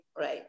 right